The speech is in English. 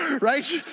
right